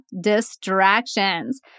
distractions